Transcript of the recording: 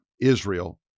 Israel